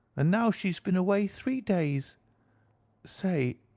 and now she's been away three days say,